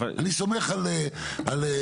אני סומך על עינת